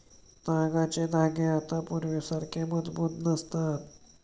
तागाचे धागे आता पूर्वीसारखे मजबूत नसतात